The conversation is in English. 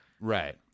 Right